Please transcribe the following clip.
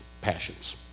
passions